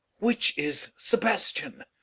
which is sebastian?